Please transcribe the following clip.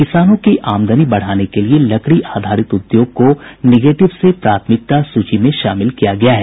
किसानों की आमदनी बढ़ाने के लिए लकड़ी आधारित उद्योग को निगेटिव से प्राथमिकता सूची में शामिल किया गया है